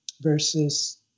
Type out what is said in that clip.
versus